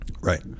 Right